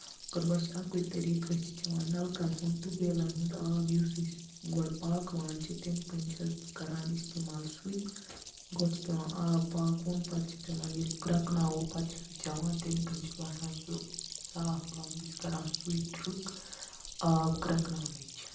مَگر وۄنۍ چھُ اَکُوے طریٖقہٕ أسۍ چھِ چٮ۪وان نَلکَن ہُند ٹیوٗب وٮ۪لَن ہُند آب یُس أسۍ گۄڈٕ پاکوان چھِ تٔمۍ کنۍ چھَس بہٕ کران اِستعمال سُے گۄڈٕ چھُ پیوان آب پَکوُن پَتہٕ چھُ پیوان ییٚلہِ گرٮ۪کناوُن پَتہٕ چھُ سُہ چٮ۪وان تٔمۍ کِنۍ چھُ باسان سُہ صاف پَہَم بہٕ چھَس کران سُے ٹرک آب گرٮ۪کناونٕچ